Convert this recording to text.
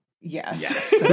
Yes